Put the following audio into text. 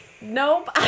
Nope